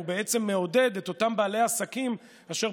הוא בעצם מעודד את אותם בעלי עסקים אשר